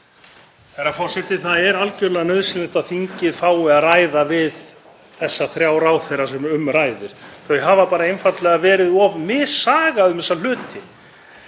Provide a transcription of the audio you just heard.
Það er algjörlega nauðsynlegt að þingið fái að ræða við þessa þrjá ráðherra sem um ræðir. Þau hafa einfaldlega verið of missaga um þessa hluti.